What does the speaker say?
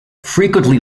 frequently